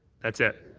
that's it.